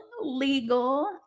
legal